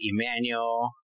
Emmanuel